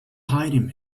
hiding